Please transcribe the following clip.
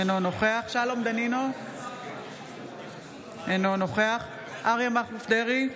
אינו נוכח שלום דנינו, אינו נוכח אריה מכלוף דרעי,